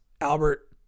Albert